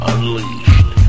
Unleashed